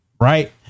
Right